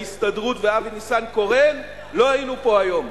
ההסתדרות ואבי ניסנקורן לא היינו פה היום.